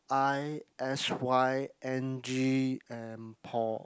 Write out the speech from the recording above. I S_Y N_G and Paul